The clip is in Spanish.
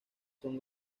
son